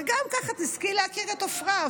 וככה גם תזכי להכיר את עפרה.